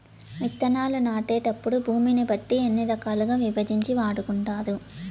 విత్తనాలు నాటేటప్పుడు భూమిని బట్టి ఎన్ని రకాలుగా విభజించి వాడుకుంటారు?